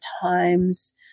times